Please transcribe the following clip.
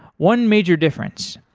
one major difference,